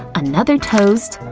another toast.